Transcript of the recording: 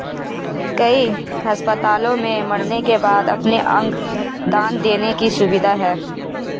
कई अस्पतालों में मरने के बाद अपने अंग दान देने की सुविधा है